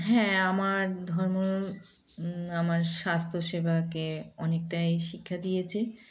হ্যাঁ আমার ধর্ম আমার স্বাস্থ্যসেবাকে অনেকটাই শিক্ষা দিয়েছে